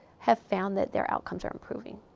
have found that their outcomes are improving.